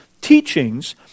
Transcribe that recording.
teachings